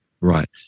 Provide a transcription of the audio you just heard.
Right